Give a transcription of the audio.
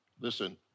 Listen